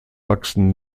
wachsen